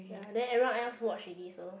ya then everyone else watch already so